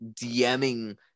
DMing